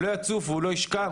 הוא לא יצוף והוא לא ישקע.